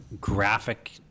graphic